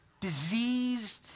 diseased